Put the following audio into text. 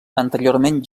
anteriorment